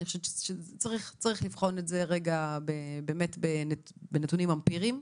צריך לבחון את זה רגע באמת בנתונים אמפיריים,